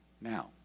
now